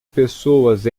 pessoas